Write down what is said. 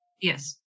yes